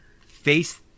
face